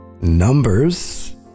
Numbers